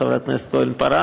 חברת הכנסת כהן-פארן,